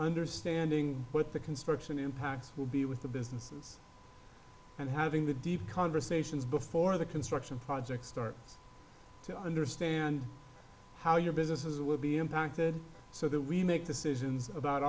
understanding what the construction impacts will be with the businesses and having the deep conversations before the construction projects start to understand how your businesses will be impacted so that we make decisions about